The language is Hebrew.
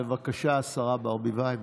בבקשה, השרה ברביבאי.